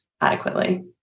adequately